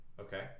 Okay